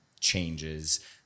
changes